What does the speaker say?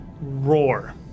roar